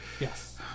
Yes